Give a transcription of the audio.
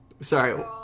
Sorry